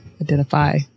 identify